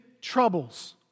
troubles